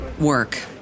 work